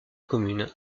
commune